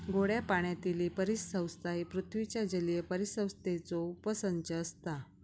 गोड्या पाण्यातीली परिसंस्था ही पृथ्वीच्या जलीय परिसंस्थेचो उपसंच असता